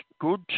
good